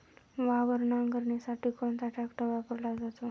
वावर नांगरणीसाठी कोणता ट्रॅक्टर वापरला जातो?